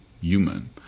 human